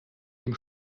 dem